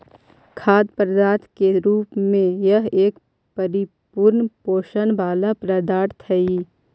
खाद्य पदार्थ के रूप में यह एक परिपूर्ण पोषण वाला पदार्थ हई